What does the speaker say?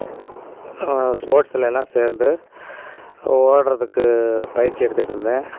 ஸ்க் ஸ்போர்ட்ஸுலேலாம் சேர்ந்து ஓடுறதுக்கு பயிற்சி எடுத்துகிட்ருந்தேன்